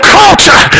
culture